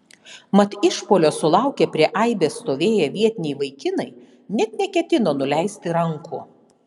mat išpuolio sulaukę prie aibės stovėję vietiniai vaikinai net neketino nuleisti rankų